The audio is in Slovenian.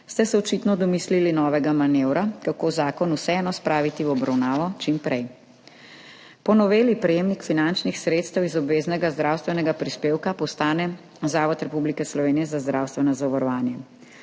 ste se očitno domislili novega manevra, kako zakon vseeno spraviti v obravnavo čim prej. Po noveli prejemnik finančnih sredstev iz obveznega zdravstvenega prispevka postane Zavod za zdravstveno zavarovanje